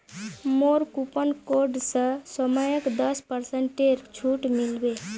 मोर coupon code स सौम्यक दस पेरसेंटेर छूट मिल बे